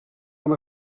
amb